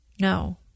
no